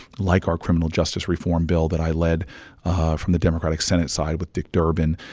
like our criminal justice reform bill that i led from the democratic senate side with dick durbin.